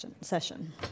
session